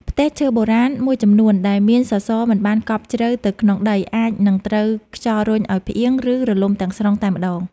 ផ្ទះឈើបុរាណមួយចំនួនដែលមានសសរមិនបានកប់ជ្រៅទៅក្នុងដីអាចនឹងត្រូវខ្យល់រុញឱ្យផ្អៀង ឬរលំទាំងស្រុងតែម្តង។